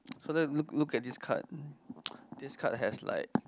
so let's look look at this card this card has like